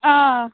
অঁ